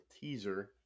teaser